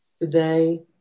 today